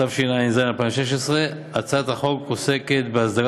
התשע"ז 2016. הצעת החוק עוסקת באסדרת